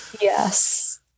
Yes